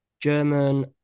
German